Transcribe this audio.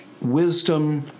wisdom